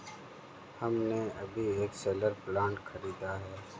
हमने अभी एक सोलर प्लांट खरीदा है